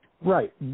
Right